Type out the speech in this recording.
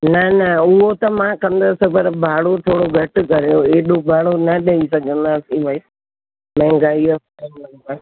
न न उहो त मां कंदसि पर भाड़ो थोरो घटि करियो ऐॾो भाड़ो न ॾेई सघंदासीं भई महांगाई आहे